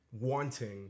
wanting